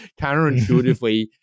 counterintuitively